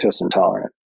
intolerant